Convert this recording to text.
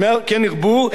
כן ירבו.